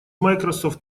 microsoft